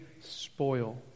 spoil